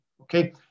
Okay